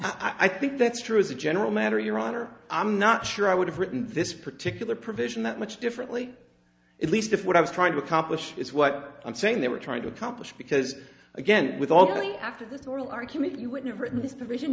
clearer i think that's true as a general matter your honor i'm not sure i would have written this particular provision that much differently at least if what i was trying to accomplish is what i'm saying they were trying to accomplish because again with all the after this oral argument you wouldn't have written this provision